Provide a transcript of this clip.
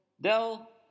Del